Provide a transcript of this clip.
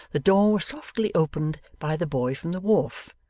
the door was softly opened by the boy from the wharf,